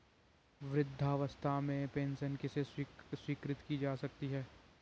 वृद्धावस्था पेंशन किसे स्वीकृत की जा सकती है?